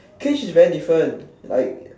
cage is very different like